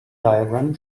diagram